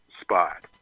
spot